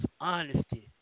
honesty